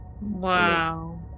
wow